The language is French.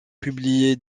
publié